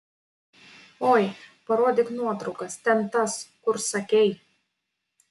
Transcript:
oi parodyk nuotraukas ten tas kur sakei